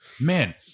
man